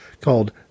called